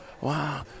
wow